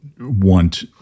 want